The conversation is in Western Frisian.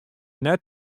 net